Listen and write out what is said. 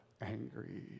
Angry